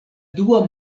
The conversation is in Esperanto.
dua